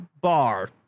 bar